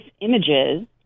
images